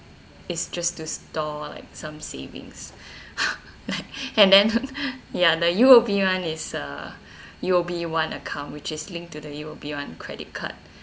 it's just to store like some savings like and then ya the U_O_B one is uh U_O_B one account which is linked to the U_O_B one credit card